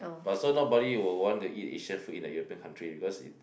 but so nobody will want to eat Asian food in a European country because it